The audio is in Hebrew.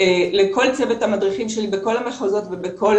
לכל צוות המדריכים שלי בכל המחוזות ובכל